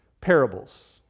parables